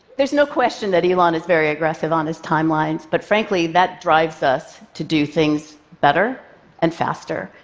there's no question that elon is very aggressive on his timelines, but frankly, that drives us to do things better and faster.